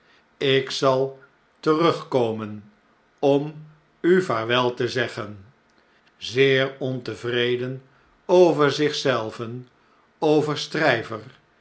ik zal terugkomen om u vaarwel te zeggen zeer ontevreden over zich zelven over